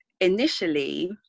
initially